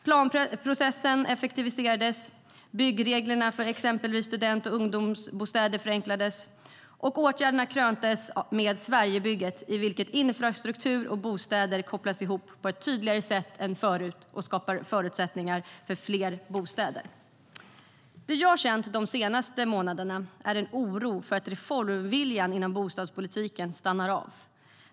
Planprocessen effektiviserades. Byggreglerna för exempelvis student och ungdomsbostäder förenklades. Åtgärderna kröntes med Sverigebygget, i vilket infrastruktur och bostäder kopplas ihop på ett tydligare sätt än förut och skapar förutsättningar för fler bostäder. Det jag har känt de senaste månaderna är en oro för att reformviljan inom bostadspolitiken stannar av.